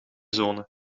zone